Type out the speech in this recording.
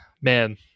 Man